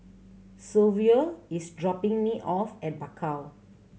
Silvio is dropping me off at Bakau